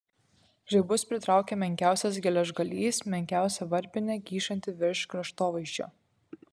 žaibus pritraukia menkiausias geležgalys menkiausia varpinė kyšanti virš kraštovaizdžio